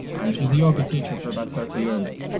and she's a yoga teacher for about thirty years,